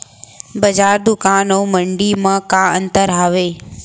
बजार, दुकान अऊ मंडी मा का अंतर हावे?